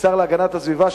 כשר להגנת הסביבה,